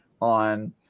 on